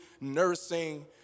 nursing